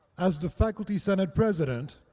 as the faculty senate president,